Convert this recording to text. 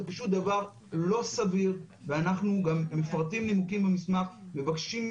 זה פשוט דבר לא סביר ואנחנו גם מפרטים נימוקים במסמך ומבקשים ממך,